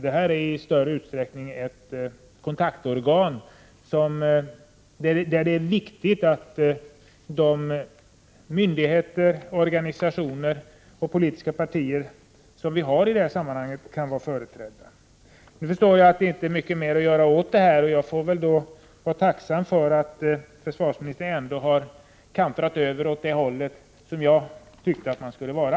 Detta är i större utsträckning ett kontaktorgan, där det är viktigt att de myndigheter och organisationer vi har i detta sammanhang och de politiska partierna kan vara företrädda. Jag förstår att det inte är mycket att göra åt detta. Jag får vara tacksam för att försvarsministern ändå har kantrat över åt den sida där jag tycker att han skulle vara.